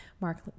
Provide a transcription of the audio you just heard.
Mark